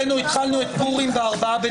הישיבה ננעלה בשעה 11:00.